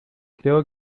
creo